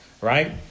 right